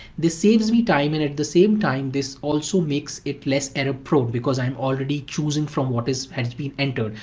this saves me time and at the same time this also makes it less error prone because i am already choosing from what has been entered,